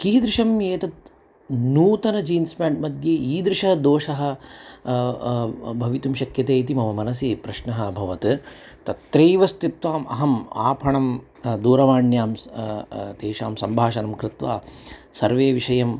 कीदृशम् एतत् नूतन जीन्स् पाण्ट् मध्ये ईदृशः दोषः भवितुं शक्यते इति मम मनसि प्रश्नः अभवत् तत्रैव स्थित्वा अहम् आपणं दूरवाण्यां स् तेषां सम्भाषणं कृत्वा सर्वे विषयं